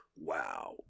Wow